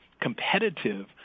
competitive